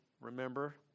remember